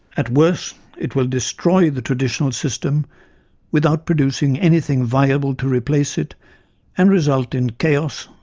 at worst it will destroy the traditional system without producing anything viable to replace it and result in chaos,